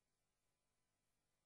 נמנעים.